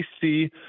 see